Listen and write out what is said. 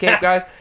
guys